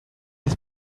his